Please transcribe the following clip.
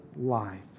life